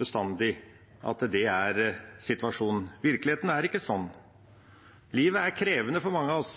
bestandig slik at det er situasjonen, virkeligheten er ikke sånn, livet er krevende for mange av oss.